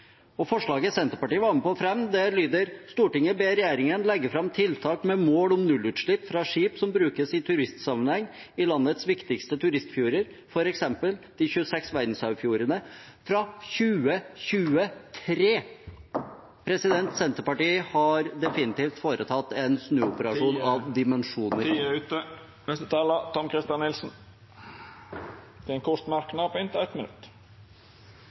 Forslaget Senterpartiet var med på å fremme, lyder: «Stortinget ber regjeringen legge fram tiltak med mål om nullutslipp fra skip som brukes i turistsammenheng i landets viktigste turistfjorder, f.eks. de 26 verdensarvfjordene og Trollfjorden, fra 2023.» Senterpartiet har definitivt foretatt en snuoperasjon av dimensjoner. Tida er ute. Representanten Tom-Christer Nilsen